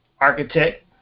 Architect